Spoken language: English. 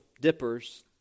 dippers